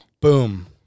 Boom